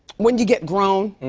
when you get grown,